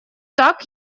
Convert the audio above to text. так